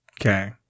Okay